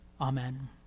Amen